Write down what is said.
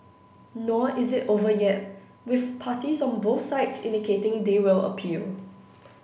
nor is it over yet with parties on both sides indicating they will appeal